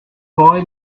boy